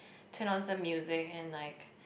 turn on some music and like